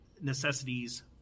necessities